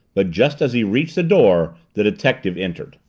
but just as he reached the door the detective entered.